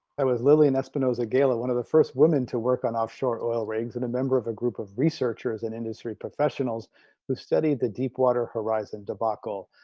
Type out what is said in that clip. was lily and espinoza gala one of the first women to work on offshore oil rigs and a member of a group of researchers and industry professionals who studied the deepwater horizon debacle,